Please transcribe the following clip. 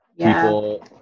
people